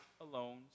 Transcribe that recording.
alone